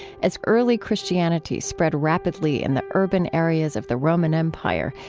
as early christianity spread rapidly in the urban areas of the roman empire,